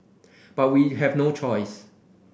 but we have no choice